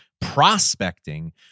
prospecting